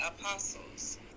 apostles